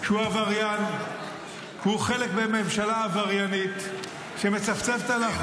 שהוא עבריין והוא חלק מממשלה עבריינית שמצפצפת על החוק,